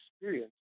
experience